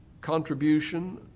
contribution